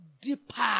deeper